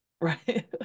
right